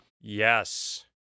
Yes